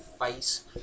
face